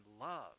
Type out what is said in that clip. love